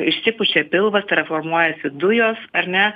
išsipučia pilvas tai yra formuojasi dujos ar ne